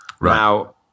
Now